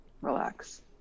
relax